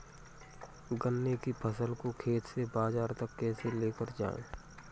गन्ने की फसल को खेत से बाजार तक कैसे लेकर जाएँ?